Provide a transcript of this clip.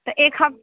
तऽ एक हफ